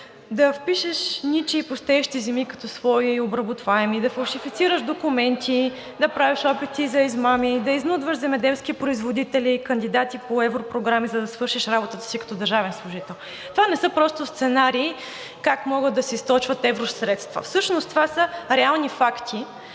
да впишеш ничии пустеещи земи като свои и обработваеми, да фалшифицираш документи, да правиш опити за измами, да изнудваш земеделски производители и кандидати по европрограми, за да свършиш работата си като държавен служител – това не са просто сценарии как могат да се източват евросредства. Всъщност това са реални факти